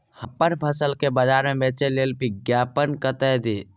अप्पन फसल केँ बजार मे बेच लेल विज्ञापन कतह दी?